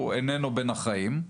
הוא איננו בין החיים.